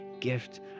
gift